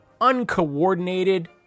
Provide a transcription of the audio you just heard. uncoordinated